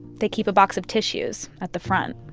they keep a box of tissues at the front